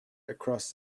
across